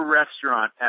restaurant